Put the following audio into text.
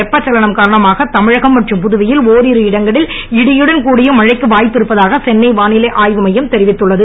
வெப்பச் சலனம் காரணமாக தமிழகம் மற்றும் புதுவையில் இடியுடன் கூடிய மழைக்கு வாய்ப்பிருப்பதாக சென்னை வானிலை ஆய்வு மையம் தெரிவித்துள்ளது